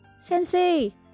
Sensei